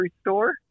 store